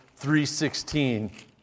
3.16